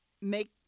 Make